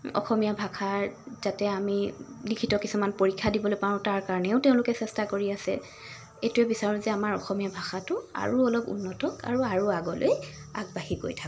অসমীয়া ভাষাৰ যাতে আমি লিখিত কিছুমান পৰীক্ষা দিবলৈ পাওঁ তাৰকাৰণেও তেওঁলোকে চেষ্টা কৰি আছে এইটোৱে বিচাৰোঁ যে আমাৰ অসমীয়া ভাষাটো আৰু অলপ উন্নত আৰু আৰু আগলৈ আগবাঢ়ি গৈ থাকক